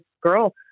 girl